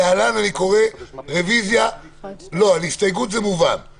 על הסתייגות מס' 2?